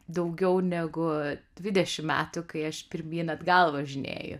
daugiau negu dvidešim metų kai aš pirmyn atgal važinėju